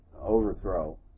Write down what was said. overthrow